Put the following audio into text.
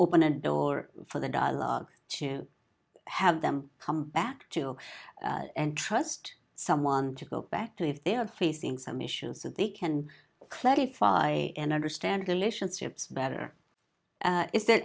open a door for the dialogue to have them come back to and trust someone to go back to if they are facing some issues that they can clarify and understand the relationship better is there